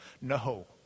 no